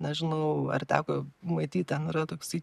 nežinau ar teko matyt ten yra toksai